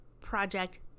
project